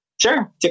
Sure